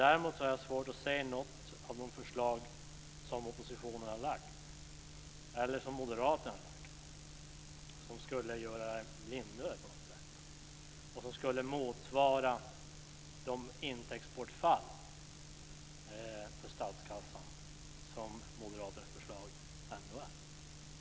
Däremot har jag svårt att se att något av de förslag som oppositionen har lagt fram, eller som moderaterna har lagt fram, skulle göra det lindrigare på något sätt och ge intäkter som motsvarar de intäktsbortfall för statskassan som moderaternas förslag ändå innebär.